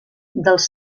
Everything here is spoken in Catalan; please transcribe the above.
dels